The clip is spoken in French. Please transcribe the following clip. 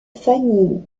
famille